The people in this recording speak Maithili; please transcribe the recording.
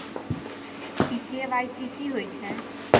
इ के.वाई.सी की होय छै?